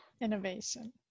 Innovation